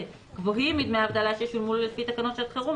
גבוהים מדמי האבטלה ששולמו לו לפי תקנות שעת החירום,